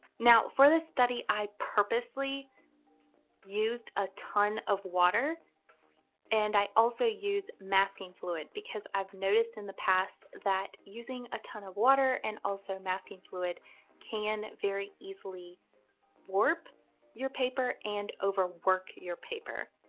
now for this study, i purposely used a ton of water and i also use masking fluid, because i've noticed in the past that using a ton of water and also masking fluid can very easily warp your paper and overwork your paper.